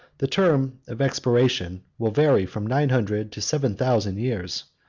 the term of expiation will vary from nine hundred to seven thousand years